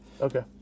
Okay